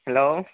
hello